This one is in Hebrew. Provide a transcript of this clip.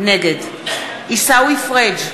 נגד עיסאווי פריג'